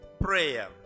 prayer